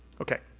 okay,